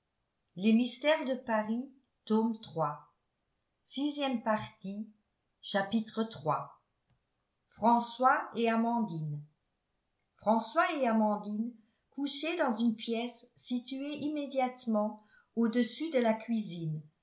iii françois et amandine françois et amandine couchaient dans une pièce située immédiatement au-dessus de la cuisine